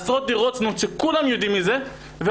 עשרות דירות זנות שכולם יודעים מזה ואנחנו